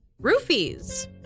Roofies